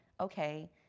okay